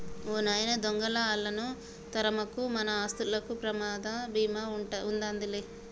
ఓ నాయన దొంగలా ఆళ్ళను తరమకు, మన ఆస్తులకు ప్రమాద భీమా ఉందాది లేరా